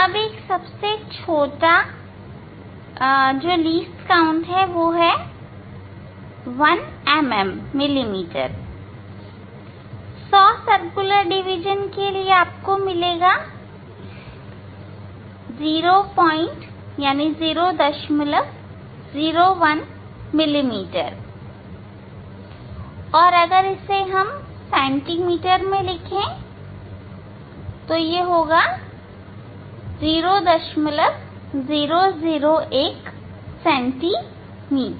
एक सबसे छोटा वह है 1 mm 100 सर्कुलर डिवीजन के लिए आपको मिलेगा 001 मिली मीटर और तब 0001 सेंटीमीटर